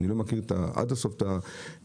אני לא מכיר עד הסוף את השוק.